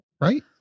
Right